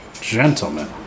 gentlemen